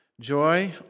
Joy